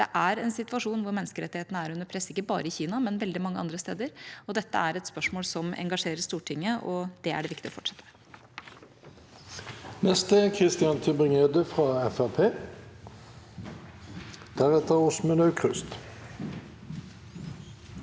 det er en situasjon hvor menneskerettighetene er under press, ikke bare i Kina, men veldig mange andre steder. Dette er et spørsmål som engasjerer Stortinget, og det er det viktig å fortsette med. Christian Tybring-Gjedde (FrP) Jeg var